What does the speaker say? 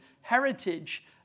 heritage